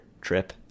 trip